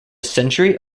century